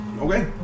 Okay